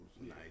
nice